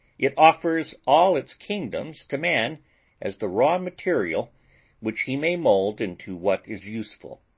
it offers all its kingdoms to man as the raw material which he may mould into what is useful.